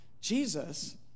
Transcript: Jesus